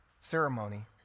ceremony